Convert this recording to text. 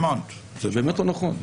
זה באמת לא נכון.